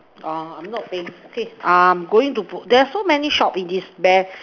uh I'm not paying okay um going to there's so many shops in this bank